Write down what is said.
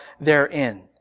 therein